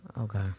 Okay